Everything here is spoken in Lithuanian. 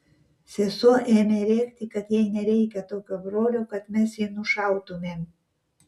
sesuo ėmė rėkti kad jai nereikia tokio brolio kad mes jį nušautumėm